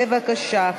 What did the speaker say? בבקשה,